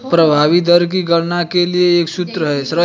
प्रभावी दर की गणना के लिए एक सूत्र है